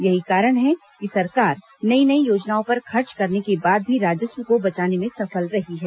यही कारण है कि सरकार नई नई योजनाओं पर खर्च करने के बाद भी राजस्व को बचाने में सफल रही है